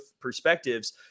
perspectives